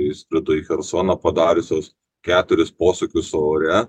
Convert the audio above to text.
įskrido į chersoną padariusios keturis posūkius ore